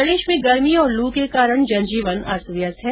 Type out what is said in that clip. प्रदेश में गर्मी और लू के कारण जनजीवन अस्त व्यस्त है